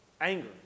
Anger